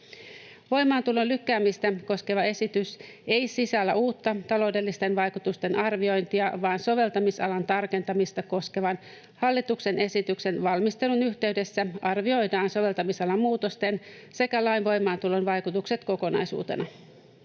Voimaantulon lykkäämistä koskeva esitys ei sisällä uutta taloudellisten vaikutusten arviointia, vaan soveltamisalan tarkentamista koskevan hallituksen esityksen valmistelun yhteydessä arvioidaan soveltamisalamuutosten sekä lain voimaantulon vaikutukset kokonaisuutena.